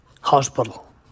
Hospital